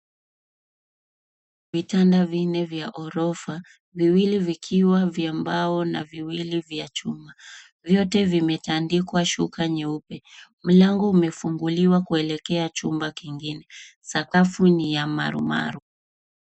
Vitanda vinne vya orofa, viwili wikiwa vya mbao na viwili vya chuma. Vyote vimetandikwa shuka nyeupe. Mlango umefunguliwa kuelekea chumba kingine .Sakafu ni ya maruru.